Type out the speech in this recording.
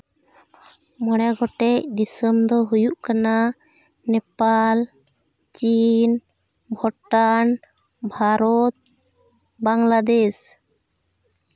ᱢᱚᱬᱮ ᱜᱚᱴᱮᱱ ᱫᱤᱥᱚᱢ ᱫᱚ ᱦᱩᱭᱩᱜ ᱠᱟᱱᱟ ᱱᱮᱯᱟᱞ ᱪᱤᱱ ᱵᱷᱩᱴᱟᱱ ᱵᱷᱟᱨᱚᱛ ᱵᱟᱝᱞᱟᱫᱮᱥ